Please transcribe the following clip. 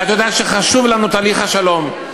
ואת יודעת שחשוב לנו תהליך השלום,